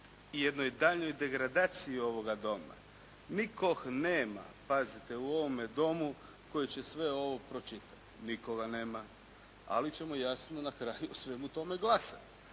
jednoj daljnjoj degradaciji ovoga Doma. Nikoga nema pazite u ovome Domu koji će sve ovo pročitati. Nikoga nema, ali ćemo jasno na kraju o svemu tome glasati.